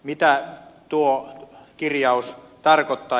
mitä tuo kirjaus tarkoittaa